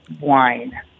wine